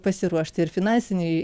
pasiruošti ir finansiniai